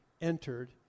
entered